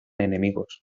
enemigos